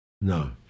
No